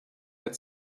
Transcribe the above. had